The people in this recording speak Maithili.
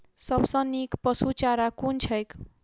सबसँ नीक पशुचारा कुन छैक?